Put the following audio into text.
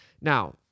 Now